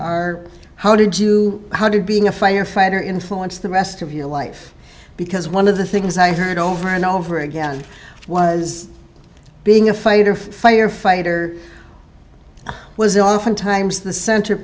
are how did you how did being a firefighter influence the rest of your life because one of the things i heard over and over again was being a fighter firefighter was oftentimes the